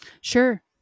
Sure